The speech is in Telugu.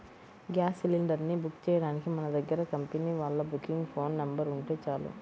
గ్యాస్ సిలిండర్ ని బుక్ చెయ్యడానికి మన దగ్గర కంపెనీ వాళ్ళ బుకింగ్ ఫోన్ నెంబర్ ఉంటే చాలు